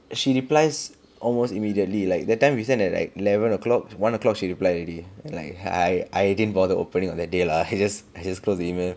and she replies almost immediately like that time we send at like eleven o'clock one o'clock she replied already like hi I didn't bother opening on that day lah I just I close the email